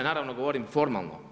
Naravno govorim formalno.